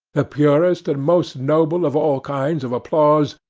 the purest and most noble of all kinds of applause,